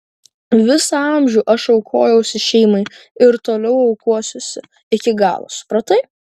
visą amžių aš aukojausi šeimai ir toliau aukosiuosi iki galo supratai